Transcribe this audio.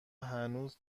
هنوز